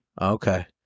Okay